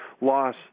loss